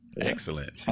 Excellent